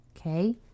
okay